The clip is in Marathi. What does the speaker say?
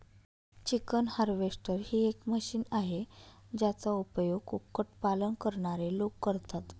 चिकन हार्वेस्टर ही एक मशीन आहे, ज्याचा उपयोग कुक्कुट पालन करणारे लोक करतात